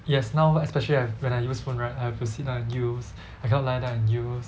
yes now especially I've when I use phone right I have to sit down and use I cannot lie down and use